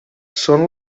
són